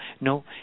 No